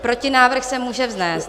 Protinávrh se může vznést.